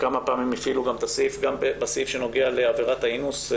וכמה פעמים הפעילו גם את הסעיף שנוגע לעבירת האינוס.